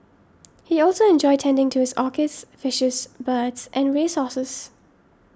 he also enjoyed tending to his orchids fishes birds and race horses